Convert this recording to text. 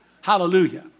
Hallelujah